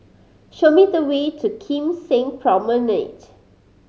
show me the way to Kim Seng Promenade